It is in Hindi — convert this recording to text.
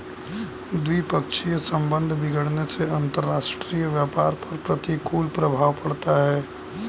द्विपक्षीय संबंध बिगड़ने से अंतरराष्ट्रीय व्यापार पर प्रतिकूल प्रभाव पड़ता है